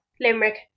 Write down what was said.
Limerick